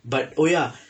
but oh ya